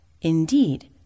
indeed